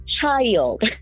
child